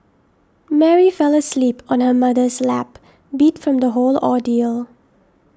Mary fell asleep on her mother's lap beat from the whole ordeal